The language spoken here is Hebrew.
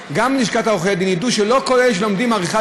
ובלשכת עורכי הדין ידעו שלא כל אלה שלומדים עריכת